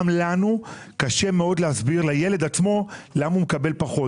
גם לנו קשה מאוד להסביר לילד עצמו למה הוא מקבל פחות,